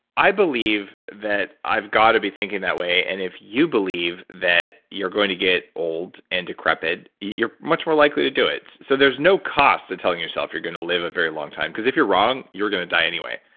i believe that i've got to be thinking that way, and if you believe that you're going to get old and decrepit, you're much more likely to do it. so there's no cost to telling yourself you're going to live a very long time, because if you're wrong, you're going to die anyway.